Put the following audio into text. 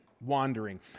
wandering